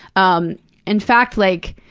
um in fact, like,